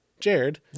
Jared